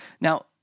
Now